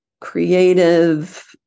creative